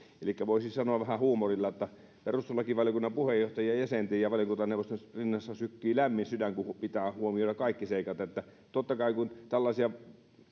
elikkä voisi sanoa vähän huumorilla että perustuslakivaliokunnan puheenjohtajan ja jäsenten ja valiokuntaneuvoksen rinnassa sykkii lämmin sydän kun kun pitää huomioida kaikki seikat kun tällaisia